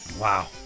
Wow